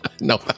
No